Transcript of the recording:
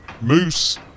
Moose